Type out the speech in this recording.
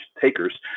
takers